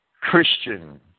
Christian